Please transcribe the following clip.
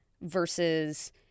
versus